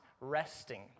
resting